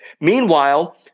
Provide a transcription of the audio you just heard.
Meanwhile